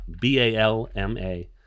B-A-L-M-A